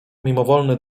mimowolny